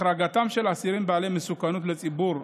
הוחרגו של אסירים בעלי מסוכנות לציבור,